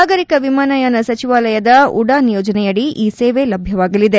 ನಾಗರಿಕ ವಿಮಾನ ಯಾನ ಸಚಿವಾಲಯದ ಉಡಾನ್ ಯೋಜನೆಯಡಿ ಈ ಸೇವೆ ಲಭ್ಯವಾಗಲಿದೆ